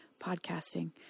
podcasting